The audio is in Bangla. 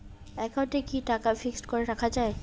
একাউন্টে কি টাকা ফিক্সড করে রাখা যায়?